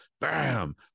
bam